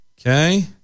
Okay